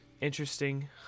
Interesting